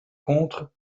contre